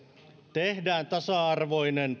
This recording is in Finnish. tehdään tasa arvoinen